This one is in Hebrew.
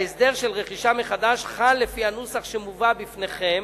ההסדר של רכישה מחדש חל לפי הנוסח שמובא בפניכם